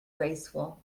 graceful